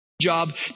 job